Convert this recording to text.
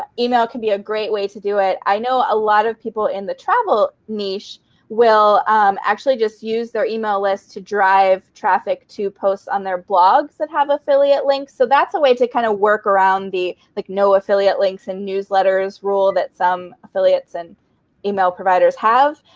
ah email can be a great way to do it. i know a lot of people in the travel niche will actually just use their email list to drive traffic to posts on their blogs that have affiliate links. so that's a way to kind of work around the like no affiliate links in newsletters rule that some affiliates and email providers have.